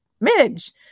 Midge